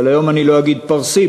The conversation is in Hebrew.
אבל היום אני לא אגיד "פרסי",